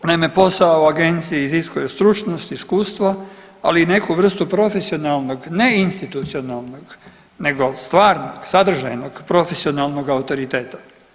Naime, posao u agenciji iziskuje stručnost, iskustvo, ali i neku vrstu profesionalnog ne institucionalnog nego stvarnog, sadržajnog profesionalnog autoriteta.